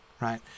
right